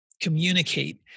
communicate